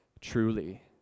truly